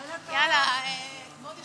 בעד, 29,